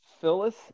Phyllis